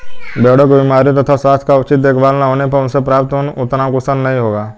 भेड़ों की बीमारियों तथा स्वास्थ्य का उचित देखभाल न होने पर उनसे प्राप्त ऊन उतना कुशल नहीं होगा